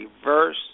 reverse